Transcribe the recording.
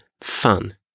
fun